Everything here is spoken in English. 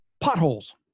potholes